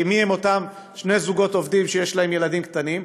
כי מיהם אותם זוגות שני עובדים שיש להם ילדים קטנים?